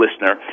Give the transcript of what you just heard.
listener